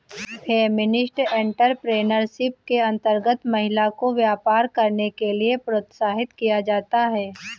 feminist entrepreneurship के अंतर्गत महिला को व्यापार करने के लिए प्रोत्साहित किया जाता है